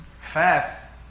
fat